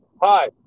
Hi